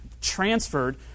transferred